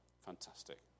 Fantastic